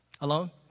Alone